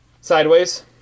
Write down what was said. Sideways